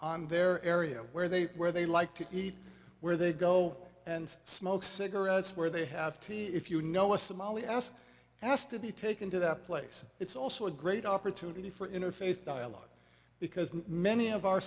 on their area where they where they like to eat where they go and smoke cigarettes where they have tea if you know a somali asked asked to be taken to that place it's also a great opportunity for interfaith dialogue because many of our